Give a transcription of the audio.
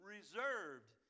Reserved